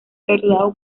torturado